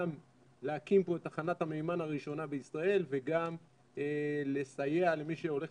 גם להקים פה את תחנת המימן הראשונה בישראל וגם לסייע למי שהולך